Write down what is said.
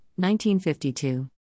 1952